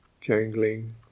jangling